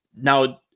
Now